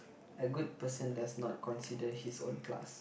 a good person does not consider his own class